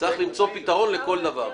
צריך למצוא פתרון לכל דבר.